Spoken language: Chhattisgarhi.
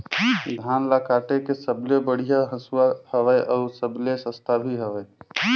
धान ल काटे के सबले बढ़िया हंसुवा हवये? अउ सबले सस्ता भी हवे?